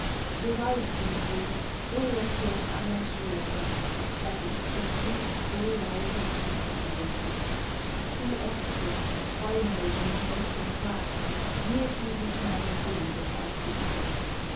so weiß sind sie so lächelnd aller schwere daß ich zutiefst so leises glück begehre du erste träumerisch und mädchenzart dir geb ich meine sehnsucht auf die fahrt